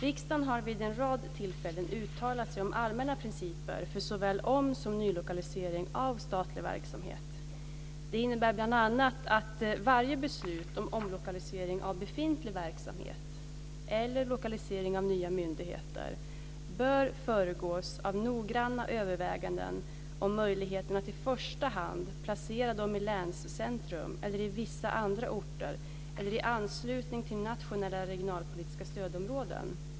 Riksdagen har vid en rad tillfällen uttalat sig om allmänna principer för såväl om som nylokalisering av statlig verksamhet. De innebär bl.a. att varje beslut om omlokalisering av befintlig verksamhet, eller lokalisering av nya myndigheter, bör föregås av noggranna överväganden om möjligheten att i första hand placera dem i länscentrum, i vissa andra orter eller i anslutning till nationella regionalpolitiska stödområden.